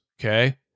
okay